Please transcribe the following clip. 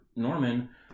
Norman